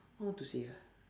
how to say ah